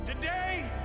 Today